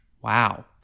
wow